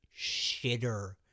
shitter